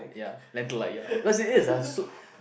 ya lentil like ya because it is lah soup